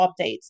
updates